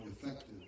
effective